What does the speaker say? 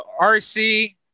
RC